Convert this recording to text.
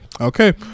Okay